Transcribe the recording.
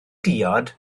diod